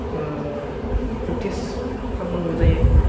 practice खालामनांगौ जायो